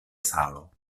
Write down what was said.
salo